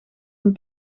een